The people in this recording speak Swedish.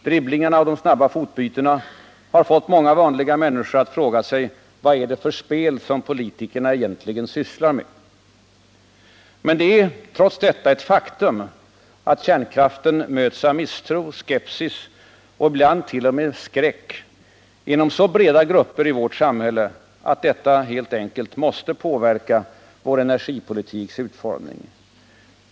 Dribblingarna och de snabba fotbytena har fått de vanliga människorna att fråga sig: Vad är det för spel som politikerna egentligen sysslar med? Det är trots detta ett faktum att kärnkraften möts av misstro, skepsis och ibland t.o.m. skräck inom så breda grupper i vårt samhälle att detta helt enkelt måste påverka vår energipolitiks utformning.